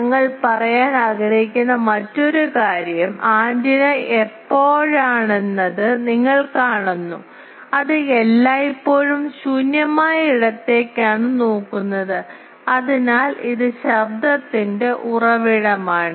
ഞങ്ങൾ പറയാൻ ആഗ്രഹിക്കുന്ന മറ്റൊരു കാര്യം ആന്റിന എപ്പോഴാണെന്നത് നിങ്ങൾ കാണുന്നു അത് എല്ലായ്പ്പോഴും ശൂന്യമായ ഇടത്തേക്കാണ് നോക്കുന്നത് അതിനാൽ ഇത് ശബ്ദത്തിന്റെ ഉറവിടമാണ്